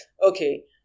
Okay